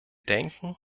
denken